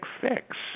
fix